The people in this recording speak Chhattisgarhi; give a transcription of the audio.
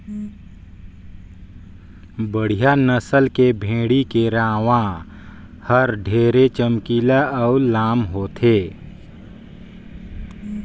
बड़िहा नसल के भेड़ी के रूवा हर ढेरे चमकीला अउ लाम होथे